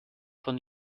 von